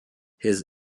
his